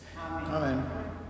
Amen